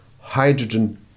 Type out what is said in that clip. hydrogen